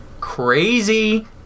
crazy